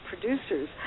producers